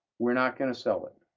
we're not going to sell it,